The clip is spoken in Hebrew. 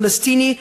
פלסטיני,